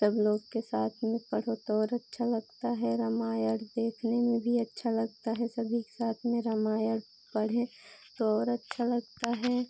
सब लोग के साथ में पढ़ो तो और अच्छा लगता है रामायण देखने में भी अच्छा लगता है सभी के साथ में रामायण पढ़ें तो और अच्छा लगता है